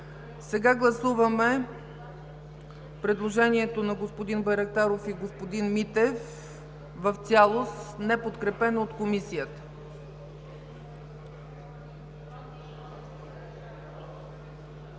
Сега гласуваме предложението на господин Байрактаров и господин Митев в цялост, неподкрепено от Комисията.